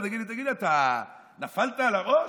אתה תגיד לי: תגיד לי, אתה נפלת על הראש?